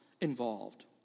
involved